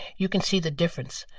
you can see the difference.